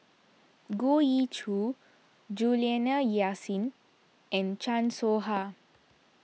Goh Ee Choo Juliana Yasin and Chan Soh Ha